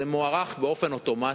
זה מוארך באופן אוטומטי.